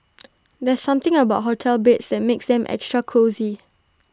there's something about hotel beds that makes them extra cosy